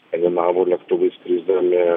skandinavų lėktuvai skrisdami